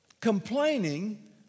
Complaining